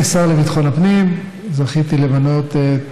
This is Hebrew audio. כשר לביטחון הפנים זכיתי למנות את